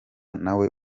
nawe